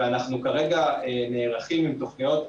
ואנחנו כרגע נערכים עם תוכניות.